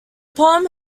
poem